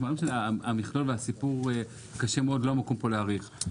המכלול והסיפור קשים מאוד, לא המקום פה להעריך.